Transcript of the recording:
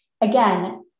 again